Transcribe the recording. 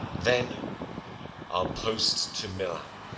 then i ll post to milan,